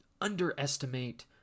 underestimate